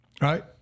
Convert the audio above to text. Right